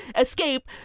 Escape